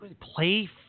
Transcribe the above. Play